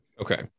okay